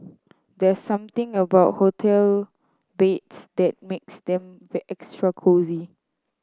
there's something about hotel beds that makes them extra cosy